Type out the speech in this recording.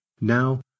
Now